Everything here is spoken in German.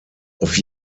auf